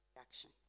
action